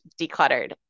decluttered